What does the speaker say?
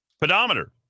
Pedometer